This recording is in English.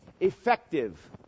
Effective